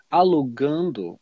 alugando